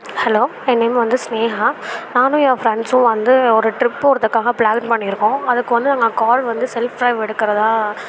hello என் name வந்து ஸ்நேகா நானும் என் ஃப்ரண்ட்ஸும் வந்து ஒரு ட்ரிப் போகறதுக்காக ப்ளான் பண்ணிருக்கோம் அதற்கு வந்து நாங்கள் கார் வந்து செல்ஃப் டிரைவ் எடுக்குறதாக